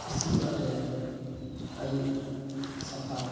ᱤᱥᱤᱱ ᱚᱲᱟᱜ ᱨᱮ ᱟᱹᱰᱤ ᱥᱟᱯᱷᱟ